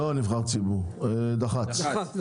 דח"צ.